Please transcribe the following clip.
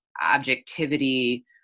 objectivity